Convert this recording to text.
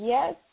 Yes